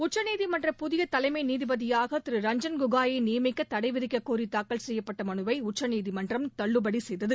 உச்சநீதிமன்ற புதிய தலைமை நீதிபதியாக திரு ரஞ்சன் கோகோயை நியமிக்க தடை விதிக்கக்கோரி தாக்கல் செய்யப்பட்ட மனுவை உச்சநீதிமன்றம் தள்ளுபடி செய்தது